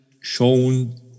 shown